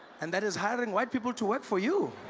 and that is hiring white people to work for you.